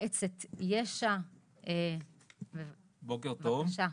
ממועצת יש"ע, בוקר טוב.